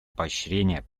поощрения